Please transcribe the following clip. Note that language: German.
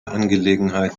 angelegenheit